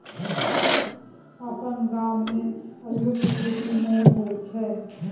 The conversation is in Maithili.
अपन गाम मे अल्लुक खेती नहि होए छै